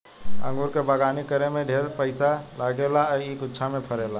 अंगूर के बगानी करे में ढेरे पइसा लागेला आ इ गुच्छा में फरेला